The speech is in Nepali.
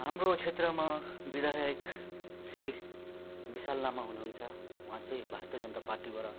हाम्रो क्षेत्रमा विधायक श्री विशाल लामा हुनु हुन्छ उहाँ चाहिँ भारतीय जनता पार्टीबाट